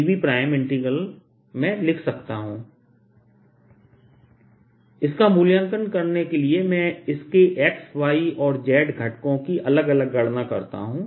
jrr rr r3dV jrr rr r3dV इसका मूल्यांकन करने के लिए मैं इसके x y और z घटकों की अलग अलग गणना करता हूं